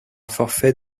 forfait